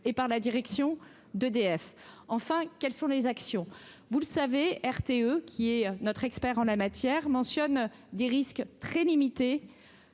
et par la direction d'EDF enfin quelles sont les actions, vous le savez, RTE, qui est notre expert en la matière, mentionne des risques très limité